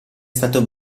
stato